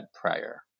prior